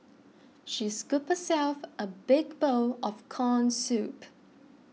she scooped herself a big bowl of Corn Soup